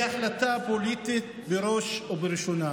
היא החלטה פוליטית בראש ובראשונה.